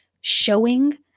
showing